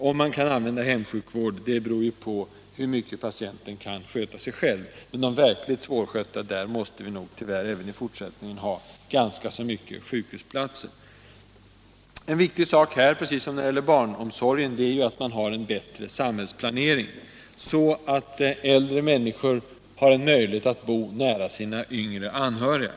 Om man kan använda hemsjukvård eller inte beror på hur mycket patienten kan sköta sig själv. För de verkligt svårskötta måste vi ha ganska många sjukhusplatser även i fortsättningen. Precis som när det gäller barnomsorgen är det här viktigt med en bättre samhällsplanering, så att äldre människor har en möjlighet att bo nära sina yngre anhöriga.